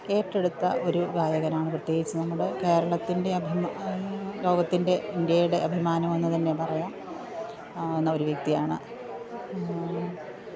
ഏറ്റെടുത്ത ഒരു ഗായകനാണ് പ്രത്യേകിച്ച് നമ്മുടെ കേരളത്തിൻ്റെ അഭിമാ ലോകത്തിൻ്റെ ഇന്ത്യയുടെ അഭിമാനമെന്ന് തന്നെ പറയാം ന്ന ഒരു വ്യക്തിയാണ്